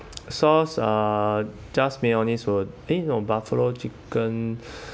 sauce uh just mayonnaise will eh no buffalo chicken